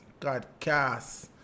Godcast